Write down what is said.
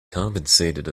compensated